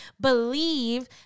believe